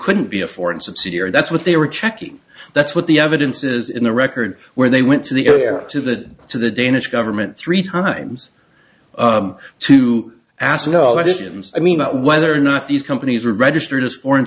couldn't be a foreign subsidiary that's what they were checking that's what the evidence is in the record where they went to the earlier to that to the danish government three times to ask you know i didn't i mean whether or not these companies were registered as foreign